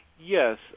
Yes